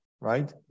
right